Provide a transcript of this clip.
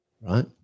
Right